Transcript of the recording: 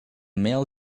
mail